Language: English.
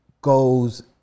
goes